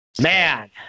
man